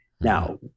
Now